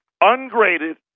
ungraded